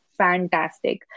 fantastic